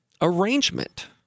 arrangement